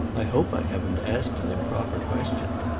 i hope i haven't asked an improper question.